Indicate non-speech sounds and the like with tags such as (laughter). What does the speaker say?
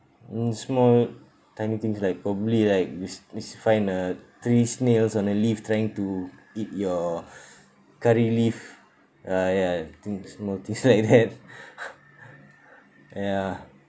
mm small tiny things like probably like if if you find a three snails on a leaf trying to eat your (breath) curry leaf ah ya things small things like that (laughs) ya